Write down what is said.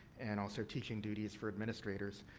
and also, teaching duties for administrators.